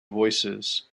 voicesand